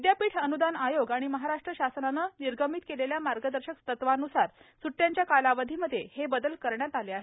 विदयापीठ अनुदान आयोग आणि महाराष्ट्र शासनाने निर्गमित केलेल्या मार्गदर्शक तत्वानुसार सुट्ट्यांच्या कालावधीमध्ये हे बदल करण्यात आले आहेत